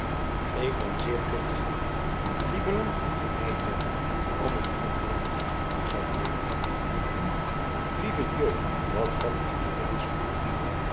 ik ben zeer verplicht aan hen die belang genoeg in mij toonen om mijn gangen na te gaan zeide deodaat vive dieu wat vat de italiaan spoedig vuur